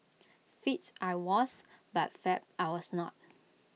fit I was but fab I was not